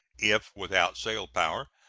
if without sail power,